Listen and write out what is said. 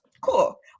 Cool